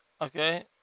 Okay